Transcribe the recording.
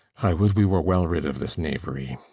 i would we were well rid of this knavery.